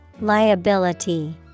Liability